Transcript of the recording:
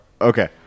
okay